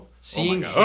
seeing